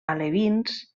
alevins